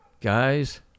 Guys